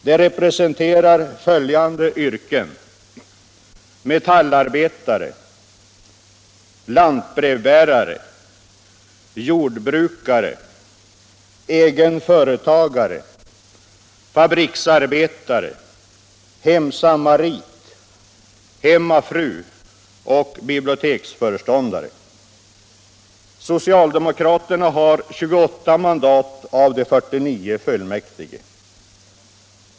De representerar följande yrken: metallarbetare, lantbrevbärare, jordbrukare, egen företagare, fabriksarbetare, hemsamarit, hemmafru och biblioteksföreståndare. Socialdemokraterna har 28 mandat av de 49 fullmäktige.